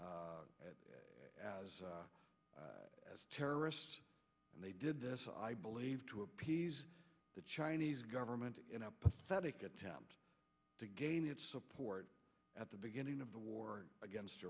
guantanamo as terrorists and they did this i believe to appease the chinese government in a pathetic attempt to gain its support at the beginning of the war against